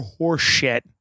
horseshit